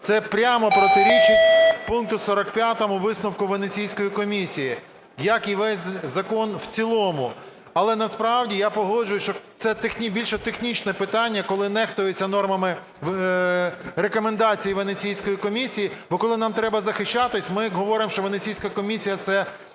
Це прямо протирічить пункту 45 висновку Венеційської комісії, як і весь закон в цілому. Але насправді я погоджуюсь, що це більше технічне питання, коли нехтують нормами рекомендацій Венеційської комісії. Бо коли нам треба захищатись, ми говоримо, що Венеційська – це